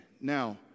Now